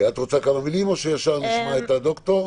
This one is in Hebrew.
את רוצה כמה מילים או ישר לשמוע את הדוקטור?